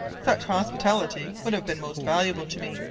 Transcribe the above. such hospitality would have been most valuable to me,